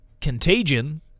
Contagion